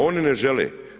Oni ne žele.